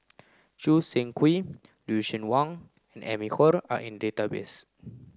Choo Seng Quee Lucien Wang and Amy Khor are in database